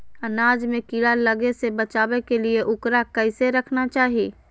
अनाज में कीड़ा लगे से बचावे के लिए, उकरा कैसे रखना चाही?